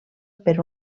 per